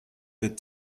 good